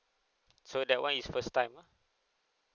so that one is first time ah